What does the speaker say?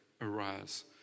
arise